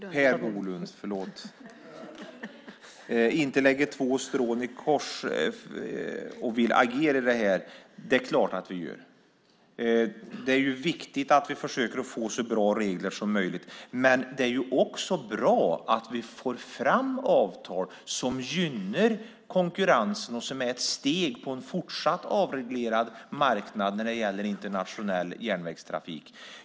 Fru talman! Jag tycker att det är väl magstarkt när Per Bolund säger att vi inte lägger två strån i kors och vill agera här. Det är klart att vi gör. Det är viktigt att vi försöker att få så bra regler som möjligt. Det är också bra att vi får fram avtal som gynnar konkurrensen och som är ett steg mot en fortsatta avreglerad marknad när det gäller internationell järnvägstrafik.